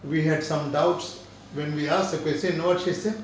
we had some doubts when we ask the question know what she said